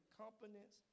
competence